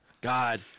God